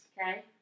Okay